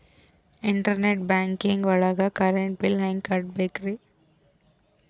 Internet banking ಒಳಗ್ current bill ಹೆಂಗ್ ಕಟ್ಟ್ ಬೇಕ್ರಿ?